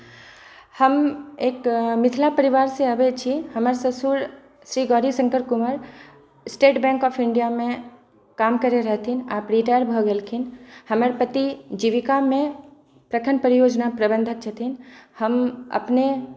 हम एक मिथिला परिवारसे आबै छी हमर ससुर Shri Gaurishankar Kunwar state bank of India मे काम करै रहथिन आब रिटायर्ड भऽ गेलखिन हमर पति जीविकामे प्रखण्ड प्रबन्धन योजनामे छथिन हम अपने